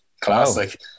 classic